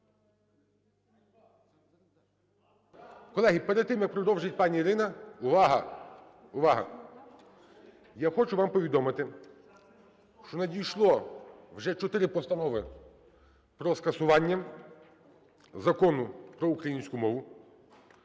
Колеги, перед тим, як продовжить пані Ірина… Увага! Увага! Я хочу вам повідомити, що надійшло вже чотири постанови про скасування Закону про українську мову.